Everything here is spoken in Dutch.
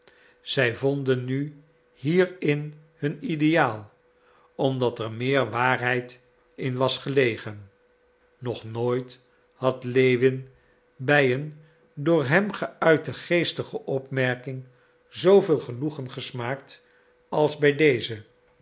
zij vonden nu hierin hun ideaal omdat er meer waarheid in was gelegen nog nooit had lewin bij een door hem geuite geestige opmerking zooveel genoegen gesmaakt als bij deze